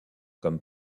comme